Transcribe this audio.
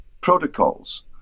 protocols